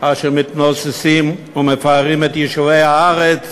אשר מתנוססים ומפארים את יישובי הארץ,